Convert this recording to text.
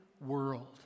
world